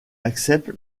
accepte